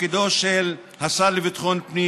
תפקידו של השר לביטחון פנים